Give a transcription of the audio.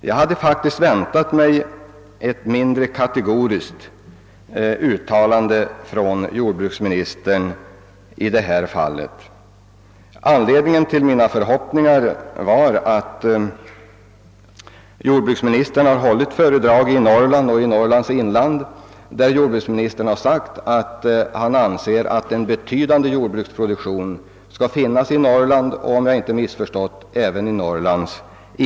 Jag hade faktiskt väntat mig ett mindre kategoriskt uttalande från jordbruksministern i detta fall. Anledningen till mina förhoppningar var att jordbruksministern har hållit föredrag bl.a. i Norrlands inland, där han sagt att han anser att en betydande jordbruksproduktion skall finnas i Norrland och även i dess inland.